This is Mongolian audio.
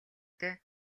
дээ